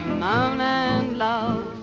moanin' low,